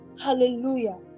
Hallelujah